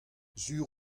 sur